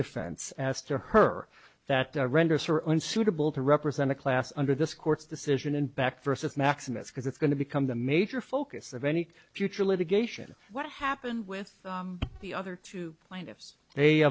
renders her unsuitable to represent a class under this court's decision and back versus maximus because it's going to become the major focus of any future litigation what happened with the other two plaintiffs they